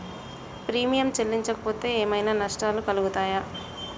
Premium చెల్లించకపోతే ఏమైనా నష్టాలు కలుగుతయా?